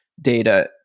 data